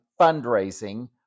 fundraising